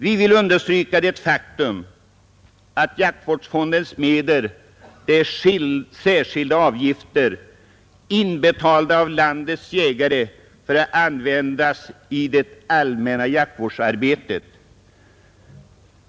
Vi vill understryka det faktum att jaktvårdsfondens medel är särskilda avgifter, inbetalda av landets jägare, för att användas till det allmänna jaktvårdsarbetet.